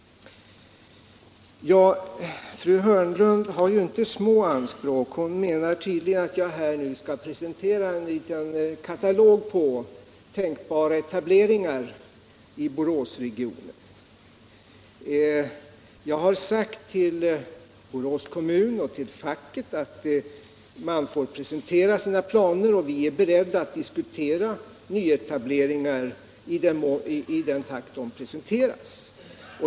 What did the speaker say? Fru Hörnlund har inte små anspråk. Hon menar tydligen att jag nu skall presentera en liten katalog över tänkbara etableringar i Boråsregionen. Jag har sagt till Borås kommun och till facket att man får presentera sina planer och att vi är beredda att diskutera nyetableringar i den takt de presenteras.